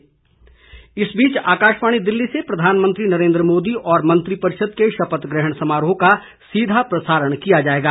प्रसारण इस बीच आकाशवाणी दिल्ली से प्रधानमंत्री नरेन्द्र मोदी और मंत्री परिषद के शपथ ग्रहण समारोह का सीधा प्रसारण किया जाएगा